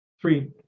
three